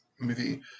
movie